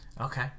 Okay